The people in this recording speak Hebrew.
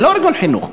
זה לא ארגון חינוך.